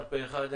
אושר פה אחד.